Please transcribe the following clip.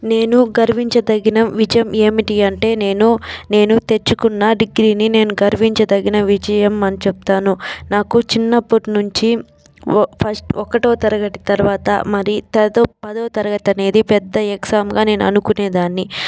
నేను గర్వించదగిన విజయం ఏమిటి అంటే నేను నేను తెచ్చుకున్న డిగ్రీని నేను గర్వించదగిన విజయం అని చెప్తాను నాకు చిన్నప్పటినుంచి ఓ ఫస్ట్ ఒకటో తరగతి తర్వాత మరీ తదో పదవ తరగతి అనేది పెద్ద ఎగ్జామ్గా నేను అనుకునేదాన్ని